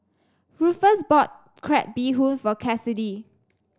Rufus bought Crab Bee Hoon for Cassidy